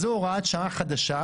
אז זו הוראת שעה חדשה,